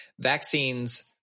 vaccines